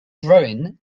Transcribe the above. growing